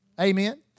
Amen